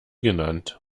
genannt